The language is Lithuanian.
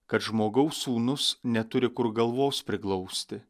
kad žmogaus sūnus neturi kur galvos priglausti